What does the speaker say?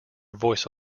voice